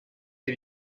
dei